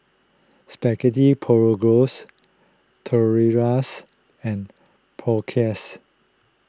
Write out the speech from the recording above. Spaghetti Tortillas and